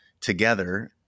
together